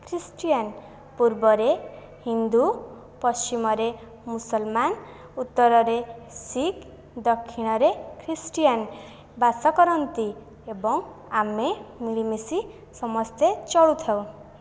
Christian ପୁର୍ବରେ ହିନ୍ଦୁ ପଶ୍ଚିମରେ ମୁସଲମାନ ଉତ୍ତରରେ ଶିଖ ଦକ୍ଷିଣରେ ଖ୍ରୀଷ୍ଟିଆନ ବାସ କରନ୍ତି ଏବଂ ଆମେ ମିଳିମିଶି ସମସ୍ତେ ଚଳୁଥାଉ